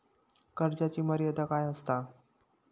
कर्जाची मर्यादा काय असता?